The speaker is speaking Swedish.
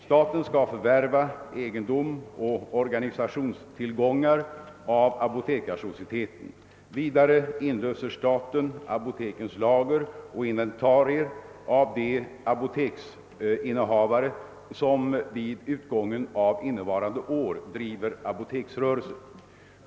Staten skall förvärva egendom och organisationstillgångar av Apotekarsocieteten. Vidare inlöser staten apotekens lager och inventarier av de apoteksinnehavare som vid utgången av innevarande år driver apoteksrörelse.